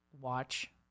watch